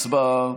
הצבעה.